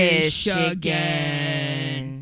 Michigan